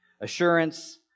Assurance